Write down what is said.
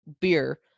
beer